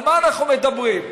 על מה אנחנו מדברים?